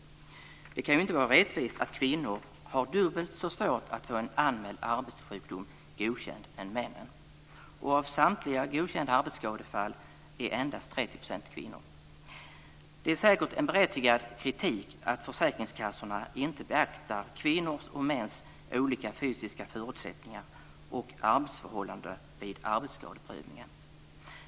Det kan ju inte vara rättvist att kvinnor har dubbelt så svårt att få en anmäld arbetssjukdom godkänd som männen. Och av samtliga godkända arbetsskadefall är endast Det är säkert en berättigad kritik att försäkringskassorna inte beaktar kvinnors och mäns olika fysiska förutsättningar och arbetsförhållanden vid arbetsskadeprövningen.